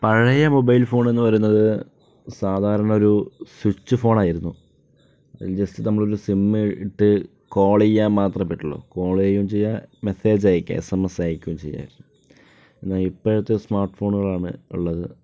പഴയ mobile phone എന്ന് പറയുന്നത് സാധാരണ ഒരു സ്വിച്ച് ഫോൺ ആയിരുന്നു അതിൽ ജസ്റ്റ് നമ്മൾ ഒരു സിം ഇട്ടു കോൾ ചെയ്യാൻ മാത്രമേ പറ്റുള്ളൂ കോൾ ചെയ്യുകയും ചെയ്യാം മെസ്സേജ് അയക്കുക എസ്എംഎസ് അയക്കുകയും ചെയ്യാം എന്നാൽ ഇപ്പത്തെ സ്മാർട്ഫോണുകളാണ് ഉള്ളത്